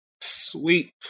Sweet